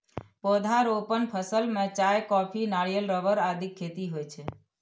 पौधारोपण फसल मे चाय, कॉफी, नारियल, रबड़ आदिक खेती होइ छै